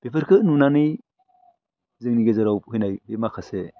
बेफोरखो नुनानै जोंनि गेजेराव फैनाय बे माखासे